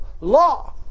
law